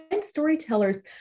storytellers